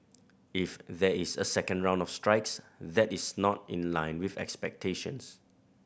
if there is a second round of strikes that is not in line with expectations